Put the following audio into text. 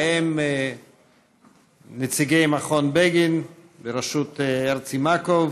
בהם נציגי מכון בגין בראשות הרצי מקוב,